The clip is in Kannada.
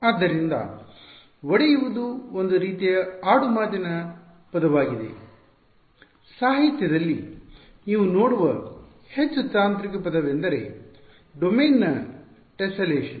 ಆದ್ದರಿಂದ ಒಡೆಯುವುದು ಒಂದು ರೀತಿಯ ಆಡುಮಾತಿನ ಪದವಾಗಿದೆ ಸಾಹಿತ್ಯದಲ್ಲಿ ನೀವು ನೋಡುವ ಹೆಚ್ಚು ತಾಂತ್ರಿಕ ಪದವೆಂದರೆ ಡೊಮೇನ್ನ ಟೆಸ್ಸೆಲೇಷನ್